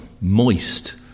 moist